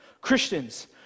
Christians